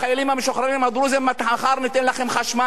המשוחררים הדרוזים: מחר ניתן לכם חשמל.